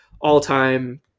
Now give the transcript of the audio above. all-time